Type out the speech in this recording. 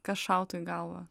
kas šautų į galvą